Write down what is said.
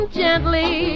gently